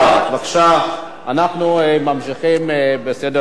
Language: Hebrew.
אנחנו ממשיכים בסדר-היום.